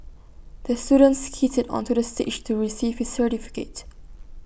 the student skated onto the stage to receive his certificate